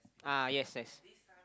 ah yes west